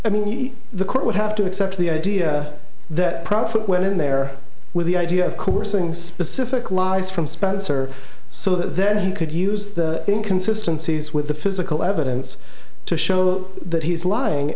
i meet the court would have to accept the idea that profit went in there with the idea of coercing specific lies from spencer so then he could use the inconsistency as with the physical evidence to show that he's lying